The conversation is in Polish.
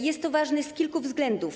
Jest to ważne z kilku względów.